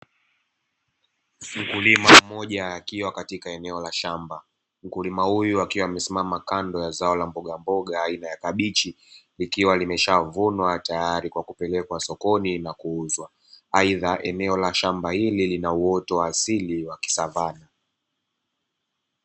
Mkulima mmoja akiwa katika eneo la shamba. Mkulima huyu akiwa amesimama kando la zao la mbogamboga aina ya kabichi, ikiwa limeshavunwa tayari kwa kupelekwa sokoni na kuuzwa. Aidha eneo la shamba hili lina uoto wa asili wa kisavana.